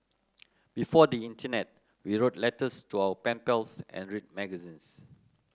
before the internet we wrote letters to our pen pals and read magazines